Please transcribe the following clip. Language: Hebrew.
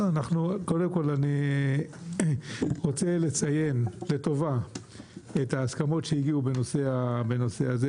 קודם כל אני רוצה לציין לטובה את ההסכמות שהגיעו בנושא הזה,